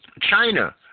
China